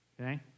okay